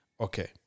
Okay